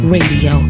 Radio